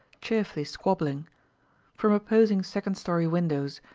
cheerfully squabbling from opposing second-story windows,